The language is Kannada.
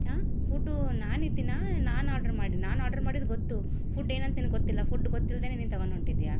ಆಂ ಫುಡ್ಡು ನಾನು ಇದ್ದೇನಾ ನಾನು ಆರ್ಡ್ರ್ ಮಾಡಿ ನಾನು ಆರ್ಡ್ರ್ ಮಾಡಿದ್ದು ಗೊತ್ತು ಫುಡ್ ಏನಂತ ನಿನಗೆ ಗೊತ್ತಿಲ್ಲ ಫುಡ್ ಗೊತ್ತಿಲ್ದೆ ನೀನು ತಗೊಂಡ್ ಹೊಂಟಿದ್ದೆಯಾ